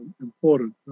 important